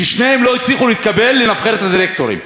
ששניהם לא הצליחו להתקבל לנבחרת הדירקטורים.